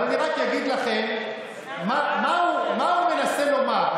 אבל אני רק אגיד לכם מה הוא מנסה לומר,